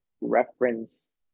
reference